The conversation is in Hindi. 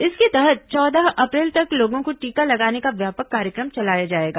इसके तहत चौदह अप्रैल तक लोगों को टीका लगाने का व्यापक कार्यक्रम चलाया जाएगा